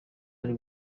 ari